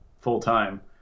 full-time